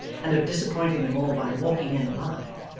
and of disappointing them all by walking in alive,